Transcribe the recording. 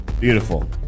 beautiful